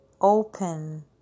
open